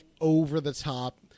over-the-top